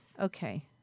Okay